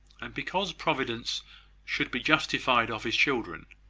and because providence should be justified of his children.